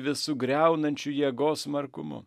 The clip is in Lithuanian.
visu griaunančiu jėgos smarkumu